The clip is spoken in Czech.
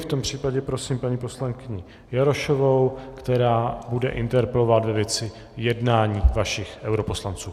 V tom případě prosím paní poslankyni Jarošovou, která bude interpelovat ve věci jednání vašich europoslanců.